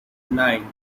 nine